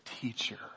teacher